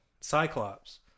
cyclops